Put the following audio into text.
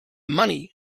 money